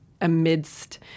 amidst